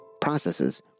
processes